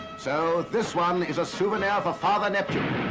so this one is a souvenir for father neptune.